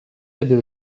lebih